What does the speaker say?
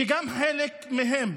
חלק מהם